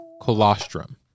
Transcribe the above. colostrum